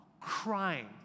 crying